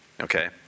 Okay